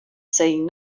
saying